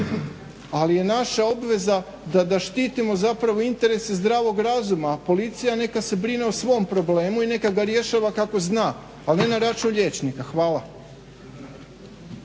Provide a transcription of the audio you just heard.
ali je naša obveza da štitimo zapravo interese zdravog razuma, a policija neka se brine o svom problemu i neka ga rješava kako zna, a ne na račun liječnika. Hvala.